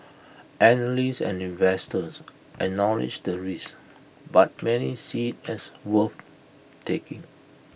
analysts and investors acknowledge the risk but many see as worth taking